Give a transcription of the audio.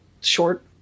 short